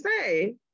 say